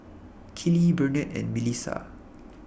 Keely Burnett and Milissa